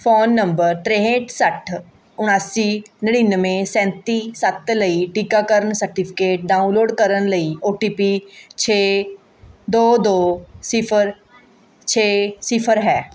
phone number ਤਰੇਂਹਠ ਸੱਠ ਉਣਾਸੀ ਨੜਿਨਵੇਂ ਸੈਂਤੀ ਸੱਤ ਲਈ ਟੀਕਾਕਰਨ ਸਰਟੀਫਿਕੇਟ ਡਾਊਨਲੋਡ ਕਰਨ ਲਈ ਓ ਟੀ ਪੀ ਛੇ ਦੋ ਦੋ ਸਿਫਰ ਛੇ ਸਿਫਰ ਹੈ